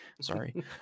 sorry